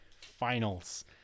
finals